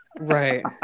right